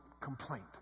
complaint